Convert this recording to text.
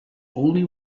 only